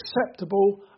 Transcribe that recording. acceptable